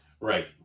Right